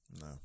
No